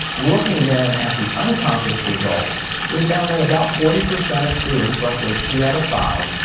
looking then at the unconscious results we found that about forty percent of students, roughly two out of five,